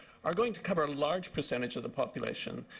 are going to cover a large percent of the population,